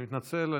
אני מתנצל,